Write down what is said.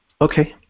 Okay